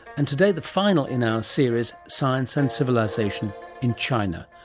and today the final in our series, science and civilisation in china,